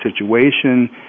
situation